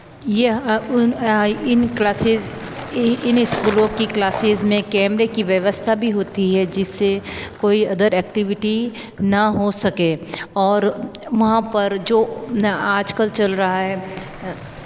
ये उन इन क्लासेस इन स्कूलों की क्लासेस में कैमरे की व्यवस्था भी होती है जिस से कोई अदर एक्टिविटी ना हो सके और वहाँ पर जो आज कल चल रहा है